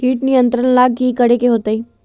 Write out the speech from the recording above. किट नियंत्रण ला कि करे के होतइ?